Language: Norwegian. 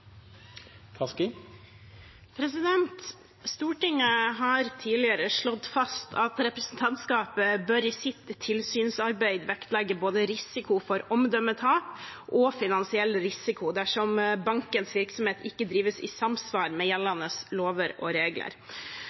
Stortinget har tidligere slått fast at representantskapet i sitt tilsynsarbeid bør vektlegge både risiko for omdømmetap og finansiell risiko dersom bankens virksomhet ikke drives i samsvar med gjeldende lover og regler.